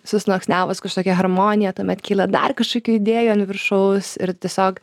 susluoksniavus kažkokią harmoniją tuomet kyla dar kažkokių idėjų an viršaus ir tiesiog